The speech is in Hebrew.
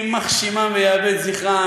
יימח שמם וייאבד זכרם,